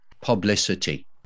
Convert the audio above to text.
publicity